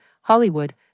Hollywood